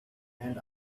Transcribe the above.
and